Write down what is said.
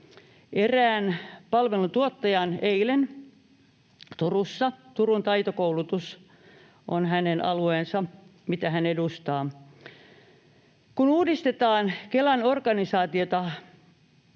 erään palveluntuottajan eilen Turussa, Turun TAITO-Koulutus on hänen alueensa, mitä hän edustaa. Kun uudistetaan Kelan organisaatiota,